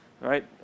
right